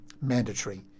mandatory